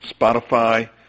Spotify